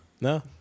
No